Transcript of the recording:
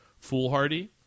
foolhardy